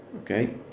okay